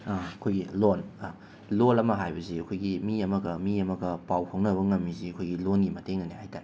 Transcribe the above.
ꯑꯩꯈꯣꯏꯒꯤ ꯂꯣꯟ ꯂꯣꯜ ꯑꯃ ꯍꯥꯏꯕꯁꯤ ꯑꯩꯈꯣꯏꯒꯤ ꯃꯤ ꯑꯃꯒ ꯃꯤ ꯑꯃꯒ ꯄꯥꯎ ꯐꯥꯎꯅꯕ ꯉꯝꯃꯤꯁꯤ ꯑꯩꯈꯣꯏꯒꯤ ꯂꯣꯟꯒꯤ ꯃꯇꯦꯡꯅꯅꯤ ꯍꯥꯏ ꯇꯥꯏ